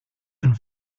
and